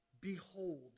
Behold